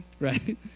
right